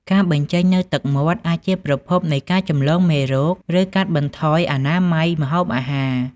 ការបញ្ចេញនូវទឹកមាត់អាចជាប្រភពនៃការចម្លងមេរោគ ឬកាត់បន្ថយអនាម័យម្ហូបអាហារ។